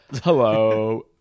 hello